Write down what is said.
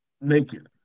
naked